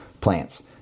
plants